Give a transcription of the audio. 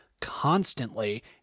constantly